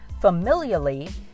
familially